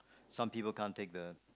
some people can't take the